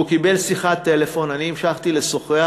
הוא קיבל שיחת טלפון, אני המשכתי לשוחח,